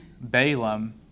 Balaam